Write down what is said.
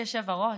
אדוני היושב-ראש,